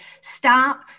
stop